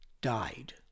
died